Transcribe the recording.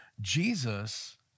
Jesus